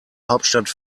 hauptstadt